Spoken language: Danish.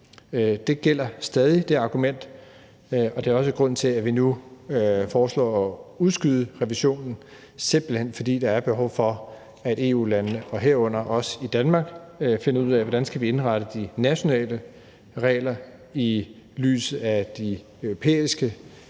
gælder stadig, og det er også grunden til, at vi nu foreslår at udskyde revisionen, der er simpelt hen behov for, at EU-landene, herunder Danmark, finder ud af, hvordan man skal indrette de nationale regler i lyset af de europæiske regler